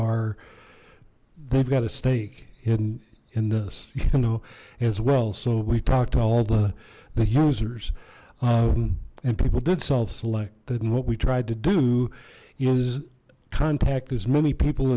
are they've got a stake in in this you know as well so we talked to all the the users and people did self selected and what we tried to do is contact as many people